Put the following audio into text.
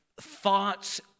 thoughts